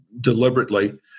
deliberately